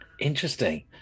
Interesting